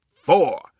four